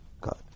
God